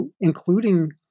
including